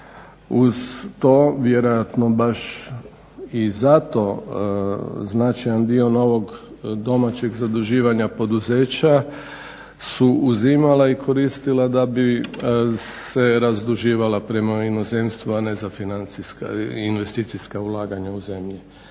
Uz to, vjerojatno baš i za to značajan dio novog domaćeg zaduživanja poduzeća su uzimala i koristila da bi se razduživala prema inozemstvu, a ne za financijska i investicijska ulaganja u zemlji.